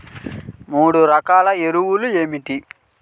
మూడు రకాల ఎరువులు ఏమిటి?